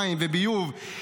מים וביוב,